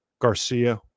Garcia